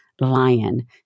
Lion